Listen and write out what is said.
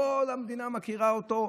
כל המדינה מכירה אותו,